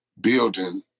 building